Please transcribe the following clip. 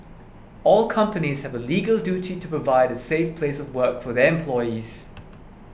all companies have a legal duty to provide a safe place of work for their employees